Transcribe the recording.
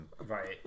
Right